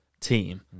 team